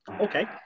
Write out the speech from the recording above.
Okay